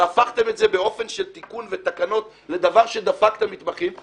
והפכתם את זה באופן של תיקון ותקנות לדבר שדפק את המתמחים.